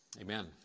Amen